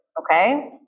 Okay